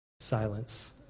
Silence